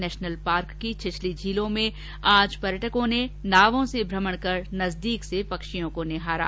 national park की छिछली झीलों में आज पर्यटकों ने नावों से भ्रमण कर नजदीक से पक्षियों को निहारा